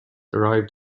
arrived